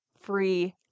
free